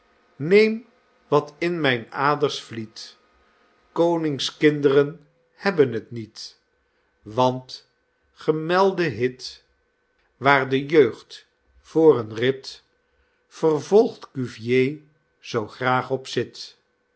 neem wat in mijn aders vliet konings kinderen hebben t niet want gemelde hit waar de jeugd voor een rid vervolgt cuvier zoo graag op zit